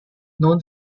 known